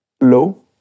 low